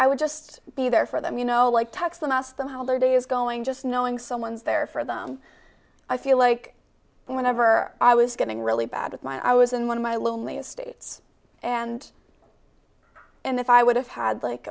i would just be there for them you know like text and ask them how their day is going just knowing someone's there for them i feel like whenever i was getting really bad at my i was in one of my loneliest states and and if i would have had like